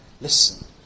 listen